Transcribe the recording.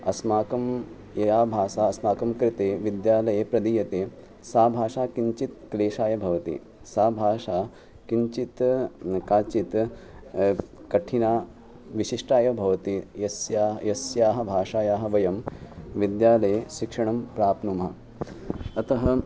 अस्माकं या भाषा अस्माकं कृते विद्यालये प्रदीयते सा भाषा किञ्चित् क्लेशाय भवति सा भाषा किञ्चित् काचित् कठिना विशिष्टा भवति यस्याः यस्याः भाषायाः वयं विद्यालये शिक्षणं प्राप्नुमः अतः